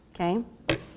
okay